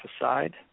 aside